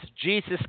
Jesus